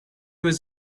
was